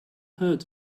heard